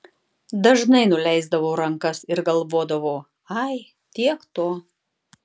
dažnai nuleisdavau rankas ir galvodavau ai tiek to